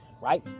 right